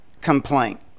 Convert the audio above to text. complaint